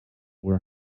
were